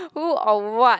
who or what